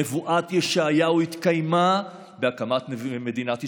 נבואת ישעיהו התקיימה בהקמת מדינת ישראל,